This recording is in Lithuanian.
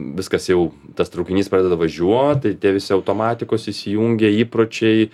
viskas jau tas traukinys pradeda važiuot tai tie visi automatikos įsijungia įpročiai